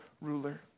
ruler